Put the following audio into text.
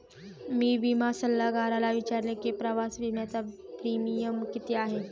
मी विमा सल्लागाराला विचारले की प्रवास विम्याचा प्रीमियम किती आहे?